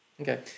Okay